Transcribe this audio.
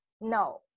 No